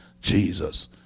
Jesus